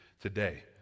today